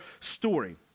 story